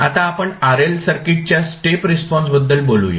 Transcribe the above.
आता आपण RL सर्किटच्या स्टेप रिस्पॉन्स बद्दल बोलूया